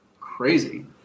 crazy